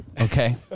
okay